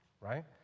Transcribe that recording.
Right